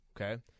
okay